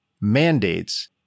mandates